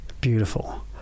beautiful